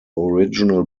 original